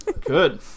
Good